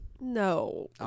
No